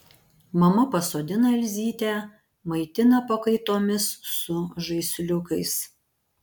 mama pasodina elzytę maitina pakaitomis su žaisliukais